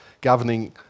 governing